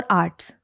arts